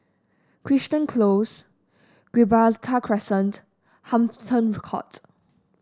Crichton Close Gibraltar Crescent Hampton Court